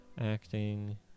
Acting